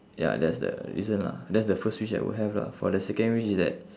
ya that's the reason lah that's the first wish I would have lah for the second wish is that